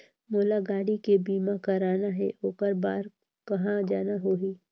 मोला गाड़ी के बीमा कराना हे ओकर बार कहा जाना होही?